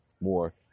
more